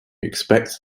expect